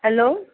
hello